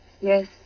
Yes